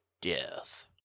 death